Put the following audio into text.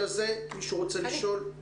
לשאול את הרופא?